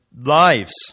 lives